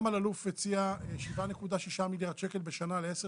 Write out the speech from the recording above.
גם אלאלוף הציע 7.6 מיליארד שקל בשנה לעשר